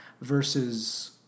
versus